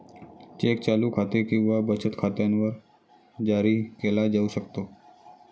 check चालू खाते किंवा बचत खात्यावर जारी केला जाऊ शकतो